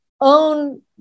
own